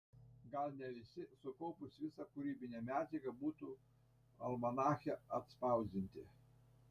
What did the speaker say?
gal ne visi sukaupus visą kūrybinę medžiagą būtų almanache atspausdinti